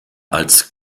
als